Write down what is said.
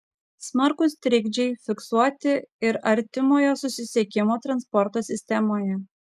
smarkūs trikdžiai fiksuoti ir artimojo susisiekimo transporto sistemoje